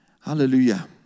Hallelujah